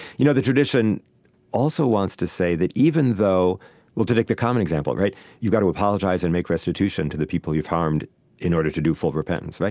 you know the tradition also wants to say that even though well, to take the common example you've got to apologize and make restitution to the people you've harmed in order to do full repentance. like